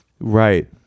Right